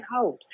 out